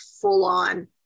full-on